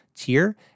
tier